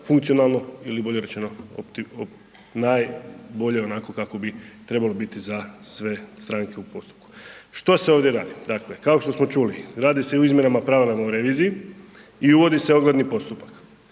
funkcionalno ili bolje rečeno, najbolje onako kako bi trebalo biti za sve stranke u postupku. Što se ovdje radi? Dakle kao što smo čuli, radi se izmjenama na pravovremenoj reviziji i uvodi se ogledni postupak,